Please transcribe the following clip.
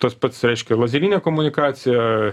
tas pats reiškia lazerinę komunikaciją